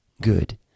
good